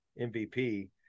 MVP